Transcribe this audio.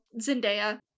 Zendaya